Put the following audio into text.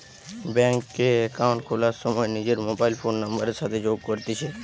bank এ account খোলার সময় নিজর মোবাইল ফোন নাম্বারের সাথে যোগ করতিছে